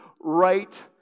right